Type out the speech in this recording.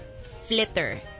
Flitter